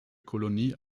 kolonie